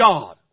God